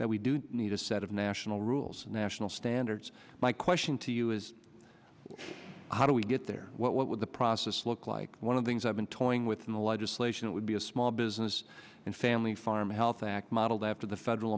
that we do need a set of national rules national standards my question to you is how do we get there what would the process look like one of things i've been toying with in the legislation would be a small business and family farm health act modeled after the federal